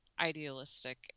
idealistic